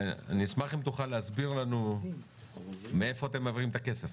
אשמח אם תוכל להסביר לנו מאיפה אתם מעבירים את הכסף,